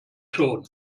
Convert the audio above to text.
schon